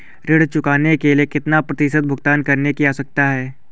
ऋण चुकाने के लिए कितना प्रतिशत भुगतान करने की आवश्यकता है?